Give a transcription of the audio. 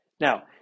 Now